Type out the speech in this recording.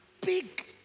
big